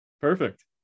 Perfect